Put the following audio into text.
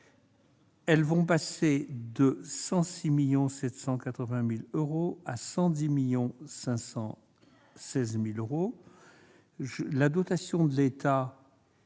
augmentent, passant de 106 780 000 euros à 110 516 000 euros. La dotation de l'État,